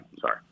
sorry